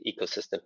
ecosystem